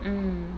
mm